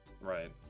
right